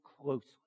closely